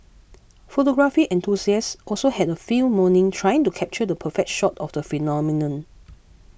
photography enthusiasts also had a field morning trying to capture the perfect shot of the phenomenon